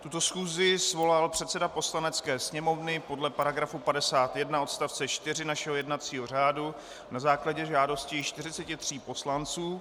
Tuto schůzi svolal předseda Poslanecké sněmovny podle § 51 odst. 4 našeho jednacího řádu na základě žádosti již 43 poslanců.